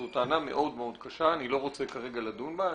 זו טענה מאוד מאוד קשה, אני לא רוצה כרגע לדון בה.